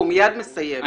הוא מייד מסיים.